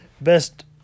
best –